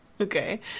Okay